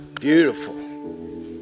beautiful